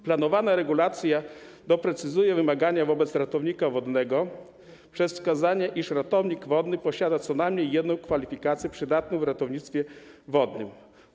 Planowana regulacja doprecyzowuje wymagania wobec ratownika wodnego przez wskazanie, iż ratownik wodny posiada co najmniej jedną kwalifikację przydatną w ratownictwie wodnym.